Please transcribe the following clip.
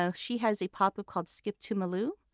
so she has a pop-up called skip to malou